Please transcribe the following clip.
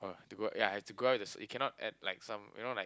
oh to go ya have to go out with a s~ you cannot add like some you know like